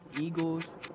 Eagles